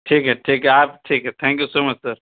ٹھیک ہے ٹھیک ہے آپ ٹھیک ہے thank you so much sir